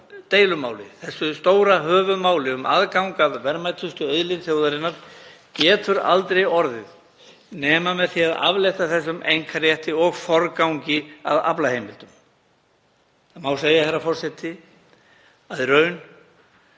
deilumáli, þessu stóra höfuðmáli um aðgang að verðmætustu auðlind þjóðarinnar, getur aldrei orðið nema með því að aflétta þessum einkarétti og forgangi að aflaheimildum. Segja má, herra forseti, að í raun